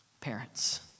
Parents